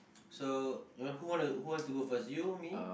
so you know who want who want to go first you me